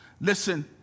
Listen